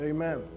Amen